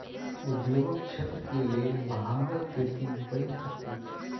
उद्योगक क्षेत्र के लेल भांगक खेती वैध अछि